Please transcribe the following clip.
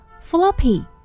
floppy